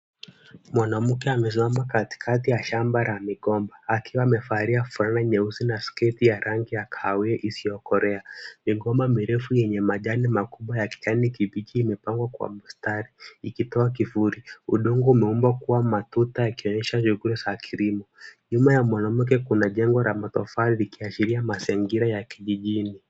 Mwanamke amesimama katikati ya shamba la migomba akiwa amevalia fulana nyeusi na sketi ya rangi ya kahawia isiyokolea. Migomba mirefu yenye majani makubwa ya kijani kibichi imepangwa kwa mstari ikitoa kivuli. Udongo umeumbwa kuwa matuta yakionyesha shughuli za kilimo. Nyuma ya mwanamke kuna jengo la matofali likiashiria mazingira ya kijijini.